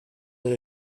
that